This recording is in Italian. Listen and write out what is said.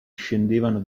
scendevano